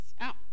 out